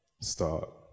start